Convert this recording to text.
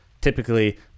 typically